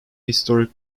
historic